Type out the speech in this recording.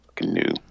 new